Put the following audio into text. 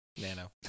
Nano